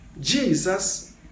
Jesus